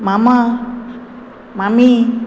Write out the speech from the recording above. मामा मामी